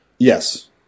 Yes